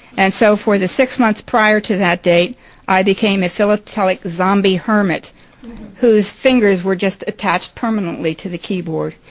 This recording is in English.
and so for the six months prior to that date i became a philatelic zombie hermit whose fingers were just attached permanently to the keyboard.